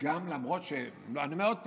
גם למרות, אני אומר עוד פעם: